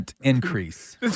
increase